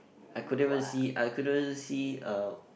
I couldn't even see I couldn't see uh